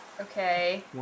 Okay